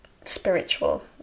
spiritual